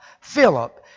Philip